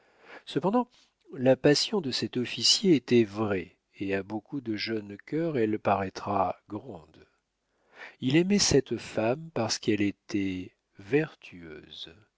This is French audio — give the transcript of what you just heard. cependant la passion de cet officier était vraie et à beaucoup de jeunes cœurs elle paraîtra grande il aimait cette femme parce qu'elle était vertueuse